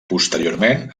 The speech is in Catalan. posteriorment